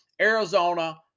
Arizona